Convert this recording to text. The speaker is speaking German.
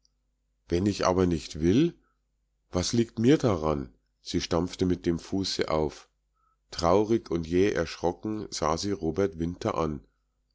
wenn ich aber nicht will was liegt mir daran sie stampfte mit dem fuße auf traurig und jäh erschrocken sah sie robert winter an